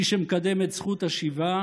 מי שמקדם את זכות השיבה,